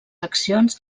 accions